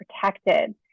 protected